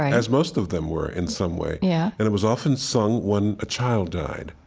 as most of them were in some way. yeah and it was often sung when a child died.